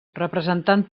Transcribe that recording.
representant